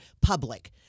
public